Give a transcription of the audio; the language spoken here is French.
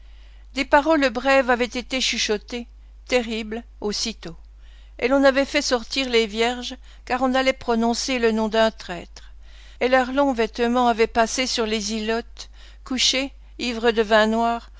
des paroles brèves avaient été chuchotées terribles aussitôt et l'on avait fait sortir les vierges car on allait prononcer le nom d'un traître et leurs longs vêtements avaient passé sur les ilotes couchés ivres de vin noir